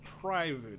private